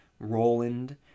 Roland